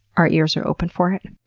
our ears are open for it.